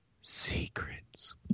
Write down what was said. secrets